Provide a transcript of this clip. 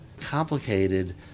complicated